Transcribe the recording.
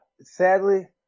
sadly